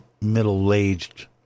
middle-aged